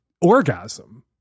orgasm